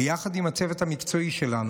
ויחד עם הצוות המקצועי שלנו,